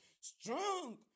strong